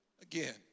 again